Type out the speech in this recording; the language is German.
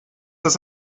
das